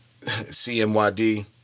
cmyd